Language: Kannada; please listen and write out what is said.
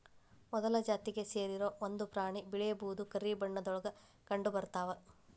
ಮೊಲದ ಜಾತಿಗೆ ಸೇರಿರು ಒಂದ ಪ್ರಾಣಿ ಬಿಳೇ ಬೂದು ಕರಿ ಬಣ್ಣದೊಳಗ ಕಂಡಬರತಾವ